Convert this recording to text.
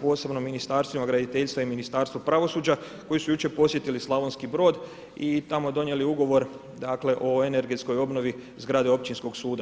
posebno ministarstvima graditeljstva i Ministarstvu pravosuđa koji su jučer posjetili Slavonski Brod i tamo donijeli ugovor dakle i energetskoj obnovi zgrade općinskog suda.